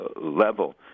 level